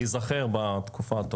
להיזכר בתקופה הטובה.